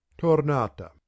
Tornata